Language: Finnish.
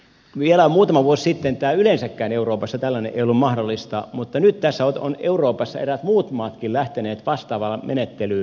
vielä muutama vuosi sitten yleensäkään euroopassa tällainen ei ollut mahdollista mutta nyt tässä on euroopassa eräät muutkin maat lähteneet vastaavaan menettelyyn